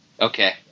okay